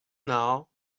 know